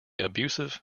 abusive